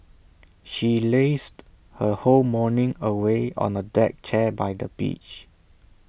she lazed her whole morning away on A deck chair by the beach